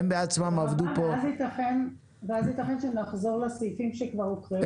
ואז ייתכן שנחזור לסעיפים שכבר הוקראו.